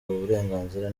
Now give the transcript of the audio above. uburenganzira